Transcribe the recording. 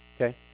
Okay